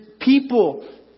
people